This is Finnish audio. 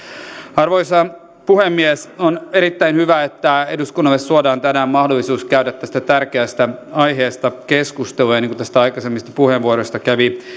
arvoisa puhemies on erittäin hyvä että eduskunnalle suodaan tänään mahdollisuus käydä tästä tärkeästä aiheesta keskustelua niin kuin näistä aikaisemmista puheenvuoroista kävi